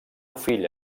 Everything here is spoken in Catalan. fill